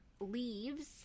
leaves